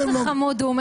איזה חמוד הוא,